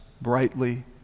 brightly